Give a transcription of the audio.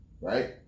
right